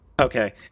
Okay